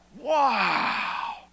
wow